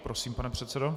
Prosím, pane předsedo.